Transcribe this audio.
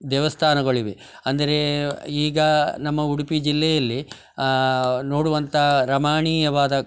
ದೇವಸ್ಥಾನಗಳಿವೆ ಅಂದರೆ ಈಗ ನಮ್ಮ ಉಡುಪಿ ಜಿಲ್ಲೆಯಲ್ಲಿ ನೋಡುವಂಥ ರಮಣೀಯವಾದ